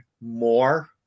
more